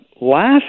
last